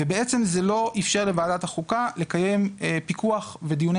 ובעצם זה לא אפשר לוועדת החוקה לקיים פיקוח ודיוני